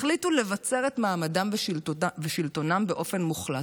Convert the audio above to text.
החליטו לבצר את מעמדם ושלטונם באופן מוחלט